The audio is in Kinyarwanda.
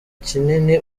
kinini